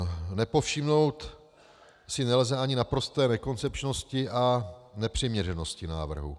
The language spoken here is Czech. Nepovšimnout si nelze ani naprosté nekoncepčnosti a nepřiměřenosti návrhu.